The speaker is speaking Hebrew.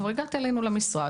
הוא כבר הגיע אלינו למשרד,